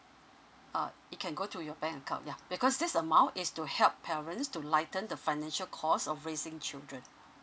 uh it can go to your bank account yeah because this amount is to help parents to lighten the financial cost of raising children